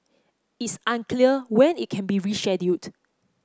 it's unclear when it can be rescheduled